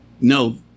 No